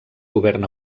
govern